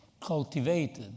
cultivated